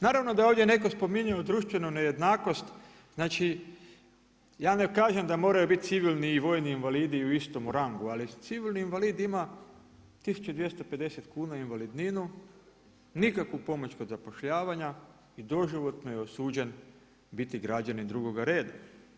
Naravno da je ovdje netko spominjao društvenu nejednakost, znači ja ne kažem da moraju biti civilni i vojni invalidi u istom rangu ali civilni invalid ima 1250kn invalidninu, nikakvu pomoć kod zapošljavanja i doživotno je osuđen biti građanin drugoga reda.